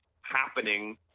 happening